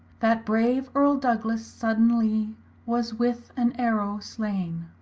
that brave erle douglas suddenlye was with an arrow slaine.